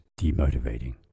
demotivating